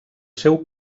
seu